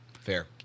fair